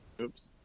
Oops